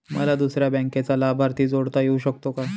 मला दुसऱ्या बँकेचा लाभार्थी जोडता येऊ शकतो का?